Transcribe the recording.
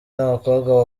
n’abakobwa